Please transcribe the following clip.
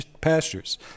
pastures